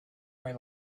may